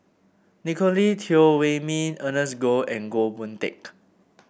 Nicolette Teo Wei Min Ernest Goh and Goh Boon Teck